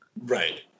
Right